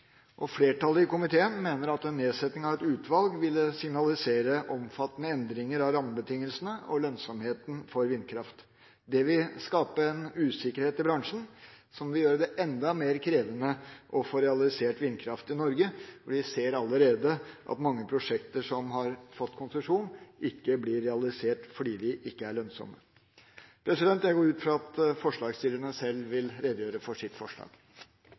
energi. Flertallet i komiteen mener at en nedsetting av et utvalg ville signalisere omfattende endringer av rammebetingelsene og lønnsomheten for vindkraft. Det vil skape en usikkerhet i bransjen som vil gjøre det enda mer krevende å få realisert vindkraft i Norge. Vi ser allerede at mange prosjekter som har fått konsesjon, ikke blir realisert fordi de ikke er lønnsomme. Jeg går ut fra at forslagsstillerne selv vil redegjøre for sitt forslag.